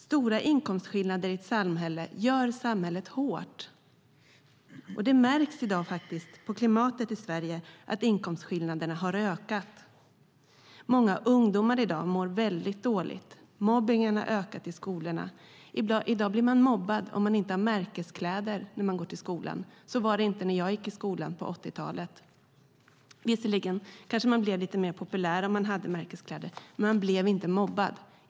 Stora inkomstskillnader gör ett samhälle hårt. Det märks i dag på klimatet i Sverige att inkomstskillnaderna ökat. Många ungdomar mår dåligt. Mobbningen har ökat i skolorna. I dag blir man mobbad om man inte har märkeskläder när man går till skolan. Så var det inte när jag gick i skolan på 80-talet. Visserligen blev man kanske lite mer populär om man hade märkeskläder, men man blev inte mobbad.